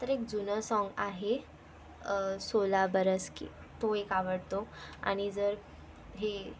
तर एक जुनं साँग आहे सोला बरस की तो एक आवडतो आणि जर हे